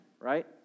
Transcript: right